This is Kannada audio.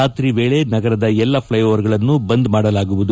ರಾತ್ರಿ ವೇಳೆ ನಗರದ ಎಲ್ಲಾ ಪ್ಟೆಓವರ್ಗಳನ್ನು ಬಂದ್ ಮಾಡಲಾಗುವುದು